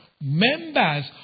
members